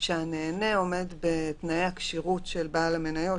שהנהנה עומד בתנאי הכשירות של בעל המניות,